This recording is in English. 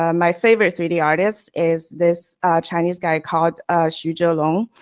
um my favorite three d artists is this chinese guy called xu zhelong.